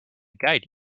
guide